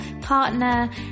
partner